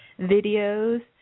videos